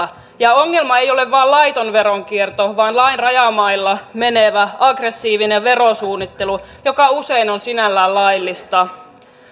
ongelma ei ole vain laiton veronkierto vaan lain rajamailla menevä aggressiivinen verosuunnittelu joka usein on sinällään laillista